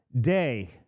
day